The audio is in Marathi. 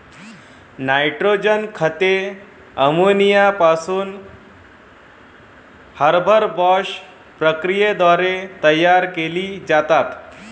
नायट्रोजन खते अमोनिया पासून हॅबरबॉश प्रक्रियेद्वारे तयार केली जातात